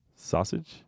sausage